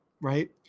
Right